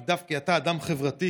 כי דווקא אתה אדם חברתי,